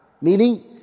meaning